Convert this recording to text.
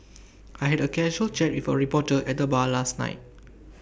I had A casual chat with A reporter at the bar last night